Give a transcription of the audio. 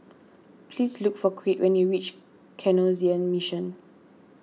please look for Crete when you reach Canossian Mission